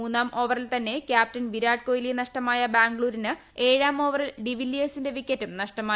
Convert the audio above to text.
മൂന്നാം ഓവറിൽ തന്നെ കൃാപ്റ്റൻ വിരാട് കോഹ്ലിയെ നഷ്ടമായ ബാംഗ്ലൂരിന് ഏഴാം ഓവറിൽ ഡിവില്ലിയേഴ്സിന്റെ വിക്കറ്റും നഷ്ടമായി